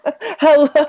Hello